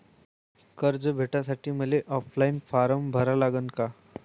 कर्ज भेटासाठी मले ऑफलाईन फारम भरा लागन का?